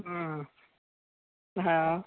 हुँ हँ